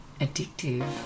addictive